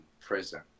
prison